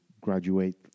graduate